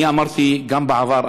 אני אמרתי גם בעבר,